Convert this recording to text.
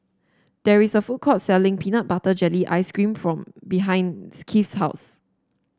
there is a food court selling Peanut Butter Jelly Ice cream from behind Keith's house